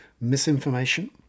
misinformation